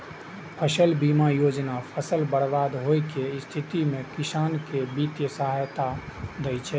फसल बीमा योजना फसल बर्बाद होइ के स्थिति मे किसान कें वित्तीय सहायता दै छै